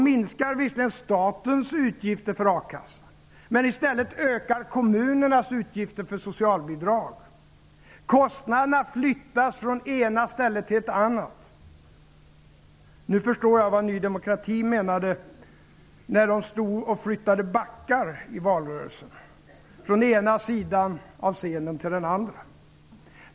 Visserligen minskar statens utgifter för a-kassan, men i stället ökar kommunernas utgifter för socialbidrag. Kostnaderna flyttas från det ena stället till det andra. Nu förstår jag vad Ny demokrati menade när de i valrörelsen flyttade backar från den ena sidan av scenen till den andra.